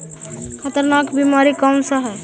खतरनाक बीमारी कौन सा है?